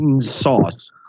sauce